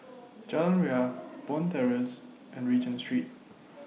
Jalan Ria Bond Terrace and Regent Street